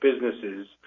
businesses